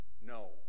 no